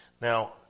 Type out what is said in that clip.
Now